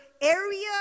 area